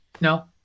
No